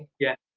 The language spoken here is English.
yeah,